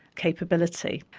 capability.